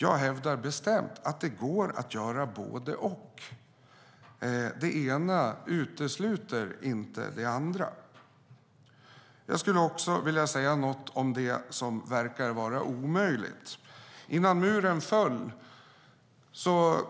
Jag hävdar dock bestämt att det går att göra både och. Det ena utesluter inte det andra. Jag skulle också vilja säga något om det som verkar vara omöjligt. Innan muren föll såg